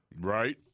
Right